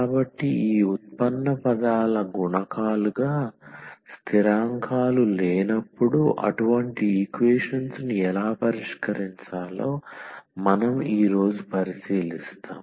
కాబట్టి ఈ ఉత్పన్న పదాల గుణకాలుగా స్థిరాంకాలు లేనప్పుడు అటువంటి ఈక్వేషన్స్ ను ఎలా పరిష్కరించాలో మనం ఈ రోజు పరిశీలిస్తాము